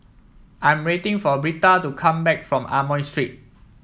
I'm waiting for Britta to come back from Amoy Street